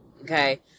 okay